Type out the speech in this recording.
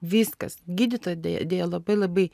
viskas gydytoja dėjo dėjo labai labai